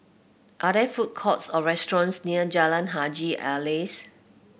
are there food courts or restaurants near Jalan Haji Alias